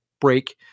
break